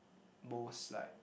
most like